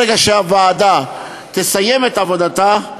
ברגע שהוועדה תסיים את עבודתה,